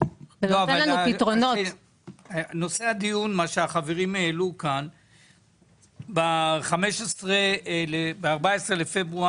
נושא הדיון, מה שהחברים העלו כאן, ב-14 בפברואר